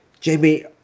Jamie